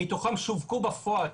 מתוכם שווקו בפועל,